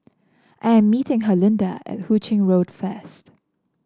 I am meeting Herlinda at Hu Ching Road first